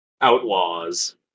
Outlaws